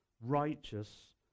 righteous